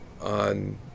on